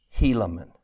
Helaman